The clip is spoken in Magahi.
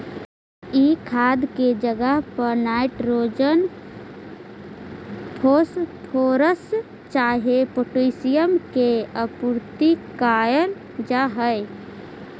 ई खाद के जगह पर नाइट्रोजन, फॉस्फोरस चाहे पोटाशियम के आपूर्ति कयल जा हई